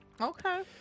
Okay